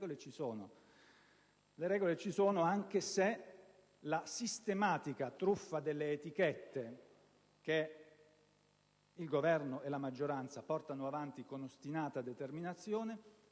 Le regole ci sono anche se la sistematica "truffa delle etichette" che il Governo e la maggioranza portano avanti con ostinata determinazione